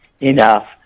enough